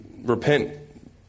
repent